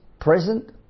present